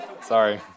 Sorry